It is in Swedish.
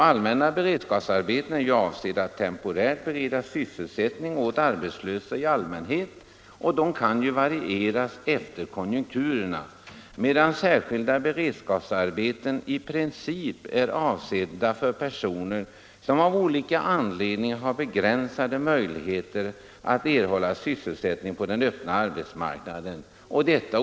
Allmänna beredsskapsarbeten är avsedda att temporärt bereda sysselsättning åt arbetslösa i allmänhet och kan varieras i omfattning efter konjunkturerna, medan särskilda beredskapsarbeten i princip är avsedda för personer som av olika anledningar har begränsade möjligheter att erhålla sysselsättning på den öppna arbetsmarknaden.